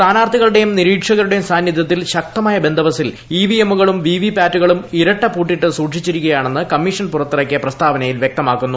സ്ഥാനാർത്ഥികളുടെയും നിരീക്ഷകരുടെയും സാന്നിദ്ധ്യത്തിൽ ശക്തമായ ബന്ദവസ്സിൽ ഇവിഎമ്മുകളും വിവിപാറ്റുകളും ഇരട്ട പൂട്ടിട്ട് സൂക്ഷിച്ചിരിക്കുകയാണെന്ന് കമ്മീഷൻ പുറത്തിറക്കിയ പ്രസ്താവനയിൽ വ്യക്തമാക്കുന്നു